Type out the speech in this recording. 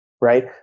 right